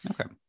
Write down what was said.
Okay